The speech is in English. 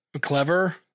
clever